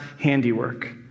handiwork